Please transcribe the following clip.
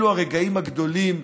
אלו הרגעים הגדולים,